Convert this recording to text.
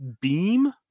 beam